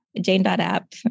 Jane.app